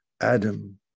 adam